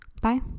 Bye